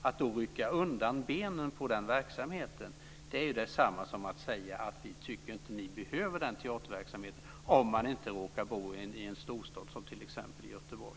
Att då rycka undan benen för den verksamheten är detsamma som att säga att vi tycker inte att man behöver den verksamheten, om man inte råkar bo i en storstad som t.ex. Göteborg.